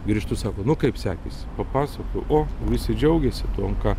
grįžtu sako nu kaip sekėsi papasakoju o visi džiaugiasi tuom ką